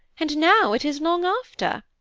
and now it is long after,